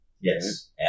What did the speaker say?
Yes